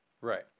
Right